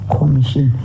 Commission